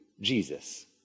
Jesus